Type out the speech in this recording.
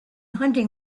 hunting